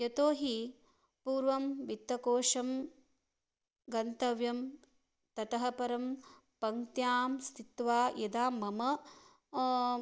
यतोहि पूर्वं वित्तकोशं गन्तव्यं ततः परं पङ्क्त्यां स्थित्वा यदा मम